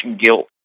guilt